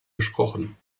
gesprochen